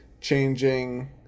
changing